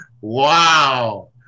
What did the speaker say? Wow